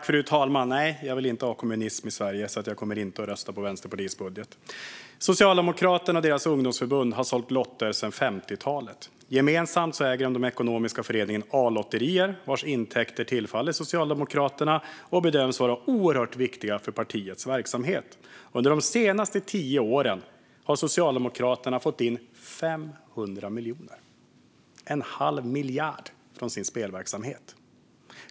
Fru talman! Nej, jag vill inte ha kommunism i Sverige, så jag kommer inte att rösta på Vänsterpartiets budget. Socialdemokraterna och deras ungdomsförbund har sålt lotter sedan 50-talet. Gemensamt äger de den ekonomiska föreningen A-lotterierna, vars intäkter tillfaller Socialdemokraterna och bedöms vara oerhört viktiga för partiets verksamhet. Under de senaste tio åren har Socialdemokraterna fått in 500 miljoner - en halv miljard - från sin spelverksamhet.